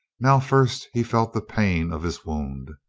now first he felt the pain of his wound.